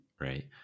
Right